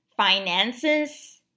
Finances